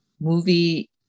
movie